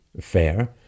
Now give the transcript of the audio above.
fair